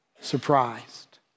surprised